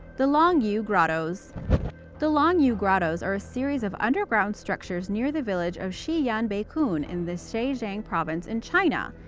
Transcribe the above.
the longyou grottoes the longyou grottoes are a series of underground structures near the village of shiyan beicun, beicun, in the zhejiang province in china.